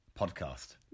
podcast